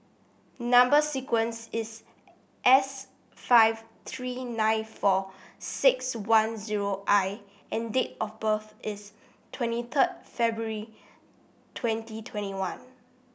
number sequence is S five three nine four six one zero I and date of birth is twenty third February twenty twenty one